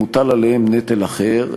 מוטל עליהם נטל אחר,